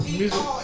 music